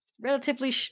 Relatively